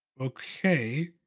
Okay